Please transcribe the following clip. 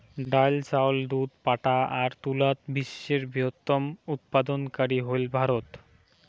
ডাইল, চাউল, দুধ, পাটা আর তুলাত বিশ্বের বৃহত্তম উৎপাদনকারী হইল ভারত